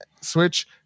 Switch